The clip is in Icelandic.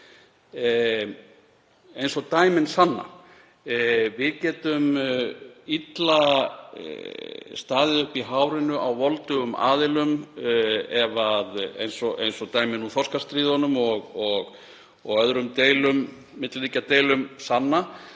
eins og dæmin sanna. Við getum illa staðið uppi í hárinu á voldugum aðilum eins og dæmin úr þorskastríðunum og öðrum milliríkjadeilum sanna.